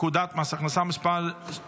(תיקון מס' 14),